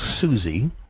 Susie